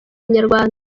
inyarwanda